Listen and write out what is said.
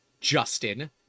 Justin